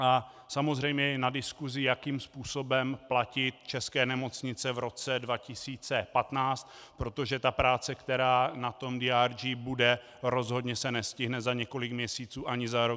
A samozřejmě je na diskusi, jakým způsobem platit české nemocnice v roce 2015, protože práce, která na DRG bude, se rozhodně nestihne za několik měsíců a ani za rok.